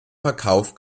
verkauf